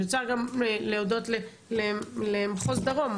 אני רוצה גם להודות למחוז דרום,